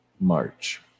March